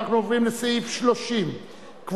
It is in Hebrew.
אנחנו עוברים לסעיף 30. לסעיף 30,